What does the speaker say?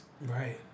right